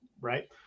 right